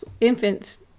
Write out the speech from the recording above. infants